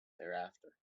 thereafter